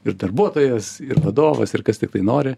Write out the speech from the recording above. ir darbuotojas ir vadovas ir kas tiktai nori